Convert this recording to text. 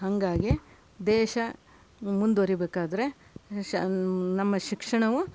ಹಂಗಾಗಿ ದೇಶ ಮುಂದುವರಿಬೇಕಾದರೆ ಶ್ ನಮ್ಮ ಶಿಕ್ಷಣವು